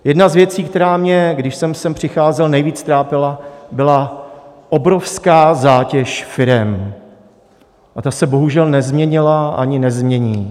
Jedna z věcí, která mě, když jsem sem přicházel, nejvíc trápila, byla obrovská zátěž firem a ta se bohužel nezměnila ani nezmění.